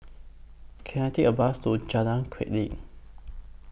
Can I Take A Bus to Jalan Chulek